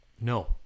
No